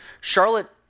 Charlotte